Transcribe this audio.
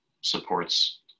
supports